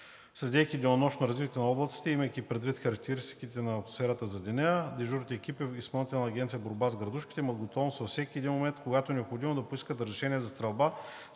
Следейки денонощно развитието на облаците и имайки предвид характеристиките на атмосферата за деня, дежурните екипи в Изпълнителна агенция „Борба с градушките“ имат готовност във всеки един момент, когато е необходимо, да поискат разрешение за стрелба